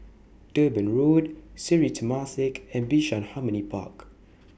Durban Road Sri Temasek and Bishan Harmony Park